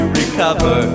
recover